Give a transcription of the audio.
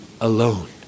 alone